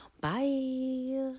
bye